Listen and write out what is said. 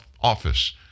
office